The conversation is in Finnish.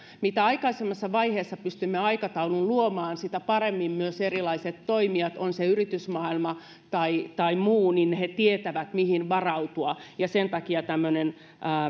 mitä aikaisemmassa vaiheessa pystymme aikataulun luomaan sitä paremmin myös erilaiset toimijat on se yritysmaailma tai tai muu tietävät mihin varautua ja sen takia tämmöinen